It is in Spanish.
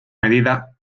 medida